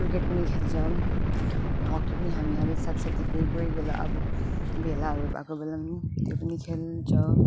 cricket पनि खेल्छ एकदम हकी पनि हामी साथी साथी कोही कोही बेला अब भेलाहरू भएको बेलामा त्यो पनि खेल्छ